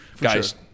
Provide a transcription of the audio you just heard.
guys –